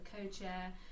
co-chair